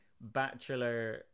bachelor